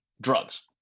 drugs